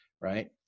right